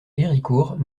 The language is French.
héricourt